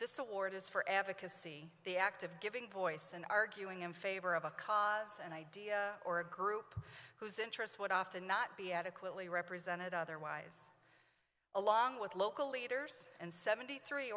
this award is for advocacy the act of giving voice and arguing in favor of a cause and idea or group whose interests would often not be adequately represented otherwise along with local leaders and seventy three